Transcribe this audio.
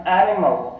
animal